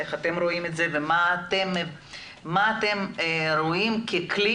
איך אתם רואים את זה ומה אתם רואים ככלי